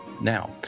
now